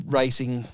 racing